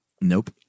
Nope